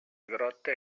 grotte